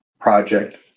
project